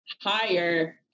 higher